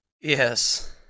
Yes